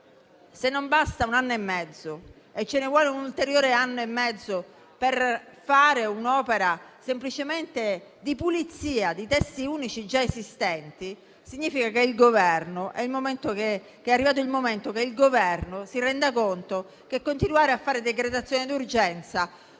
Se non basta un anno e mezzo e ci vuole un ulteriore anno e mezzo per fare semplicemente un'opera di pulizia di testi unici già esistenti, significa che è arrivato il momento che il Governo si renda conto che continuare a fare decretazione d'urgenza